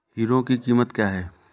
Hero की कीमत क्या है?